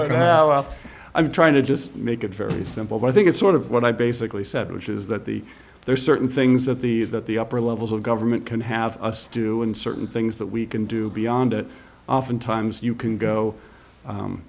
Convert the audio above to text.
but how i'm trying to just make it very simple but i think it's sort of what i basically said which is that the there are certain things that the that the upper levels of government can have us do and certain things that we can do beyond it oftentimes you can go